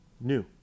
new